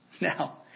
Now